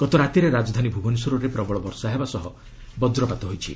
ଗତରାତିରେ ରାଜଧାନୀ ଭୁବନେଶ୍ୱରରେ ପ୍ରବଳ ବର୍ଷା ହେବା ସହ ବଜ୍ରପାତ ହୋଇଛି